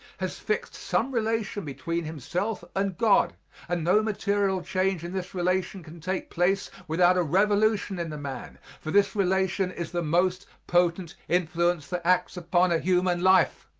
has fixt some relation between himself and god and no material change in this relation can take place without a revolution in the man, for this relation is the most potent influence that acts upon a human life.